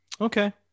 okay